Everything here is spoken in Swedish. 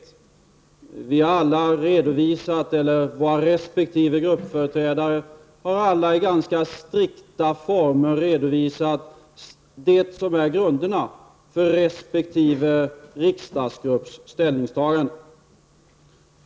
Partiernas gruppföreträdare har alla i ganska strikta former redovisat det som är grunderna för resp. riksdagsgrupps ställningstagande.